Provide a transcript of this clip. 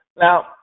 Now